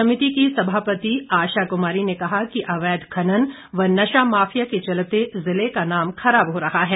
समिति की सभापति आशा कुमारी ने कहा कि अवैध खनन व नशा माफिया के चलते जिले का नाम खराब हो रहा है